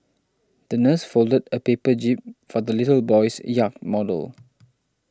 the nurse folded a paper jib for the little boy's yacht model